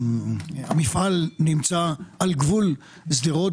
המפעל נמצא על גבול שדרות,